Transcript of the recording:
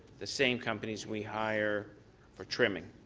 the same companies we hire for trimming?